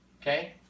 okay